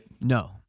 No